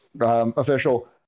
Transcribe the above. official